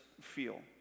feel